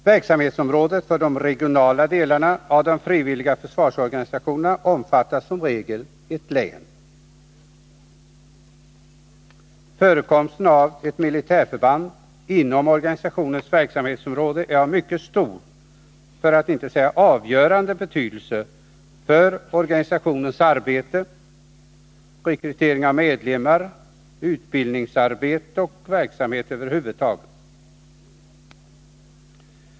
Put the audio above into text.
Verksamhetsområdet för de regionala delarna av de frivilliga försvarsorganisationerna omfattar som regel ett län. Förekomsten av ett militärförband inom organisationens verksamhetsområde är av mycket stor — för att inte säga avgörande — betydelse för organisationens arbete, rekrytering av medlemmar, utbildningsarbete och verksamhet över huvud taget.